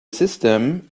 system